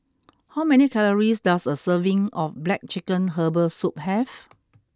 how many calories does a serving of Black Chicken Herbal Soup have